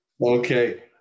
Okay